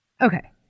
okay